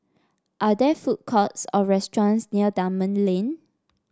are there food courts or restaurants near Dunman Lane